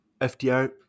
FDR